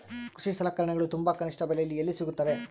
ಕೃಷಿ ಸಲಕರಣಿಗಳು ತುಂಬಾ ಕನಿಷ್ಠ ಬೆಲೆಯಲ್ಲಿ ಎಲ್ಲಿ ಸಿಗುತ್ತವೆ?